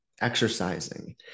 exercising